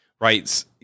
right